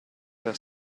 era